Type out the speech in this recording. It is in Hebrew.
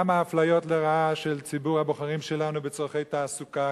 גם האפליות לרעה של ציבור הבוחרים שלנו בצורכי תעסוקה,